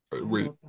Wait